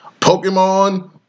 Pokemon